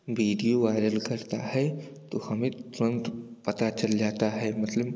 video viral करता है तो हमें तुरंत पता चल जाता है मतलब